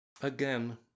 Again